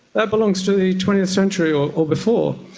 that belongs to the twentieth century or before.